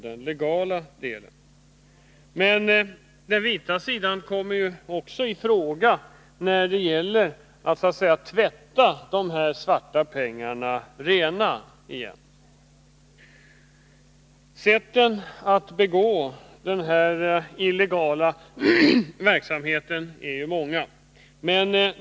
Den verksamheten kommer också i fråga när det gäller att så att säga tvätta de här svarta pengarna rena igen. Sätten att bedriva den illegala verksamheten är många.